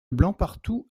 blancpartout